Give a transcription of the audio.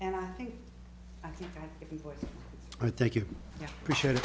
and i think i think you should